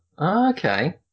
okay